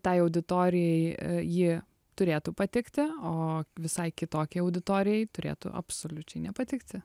tai auditorijai ji turėtų patikti o visai kitokiai auditorijai turėtų absoliučiai nepatikti